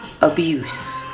abuse